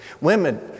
Women